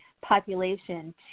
population